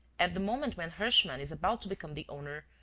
at the moment when herschmann is about to become the owner,